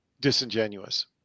disingenuous